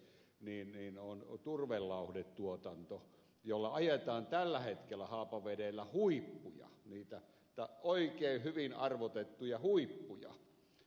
perkiö tässä totesi on turvelauhdetuotanto jolla ajetaan tällä hetkellä haapavedellä huippuja niitä oikein hyvin arvotettuja huippuja